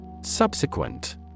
Subsequent